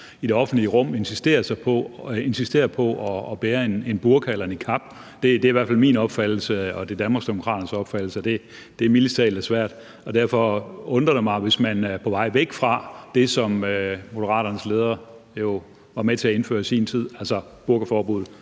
i det offentlige rum insisterer på at bære en burka eller en niqab. Det er i hvert fald min og Danmarksdemokraternes opfattelse, at det mildest talt er svært. Og derfor undrer det mig, hvis man er på vej væk fra det, som Moderaternes leder jo var med til at indføre i sin tid, altså burkaforbuddet,